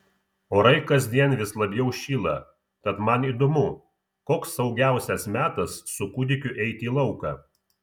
orai kasdien vis labiau šyla tad man įdomu koks saugiausias metas su kūdikiu eiti į lauką